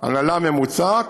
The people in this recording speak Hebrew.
הנהלה ממוצעת,